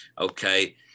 Okay